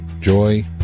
joy